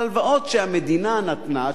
הלוואות שהמדינה נתנה,